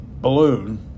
balloon